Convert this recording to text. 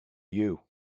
you